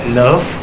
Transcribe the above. love